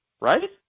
right